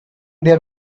there